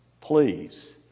Please